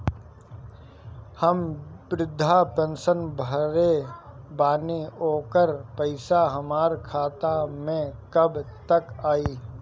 हम विर्धा पैंसैन भरले बानी ओकर पईसा हमार खाता मे कब तक आई?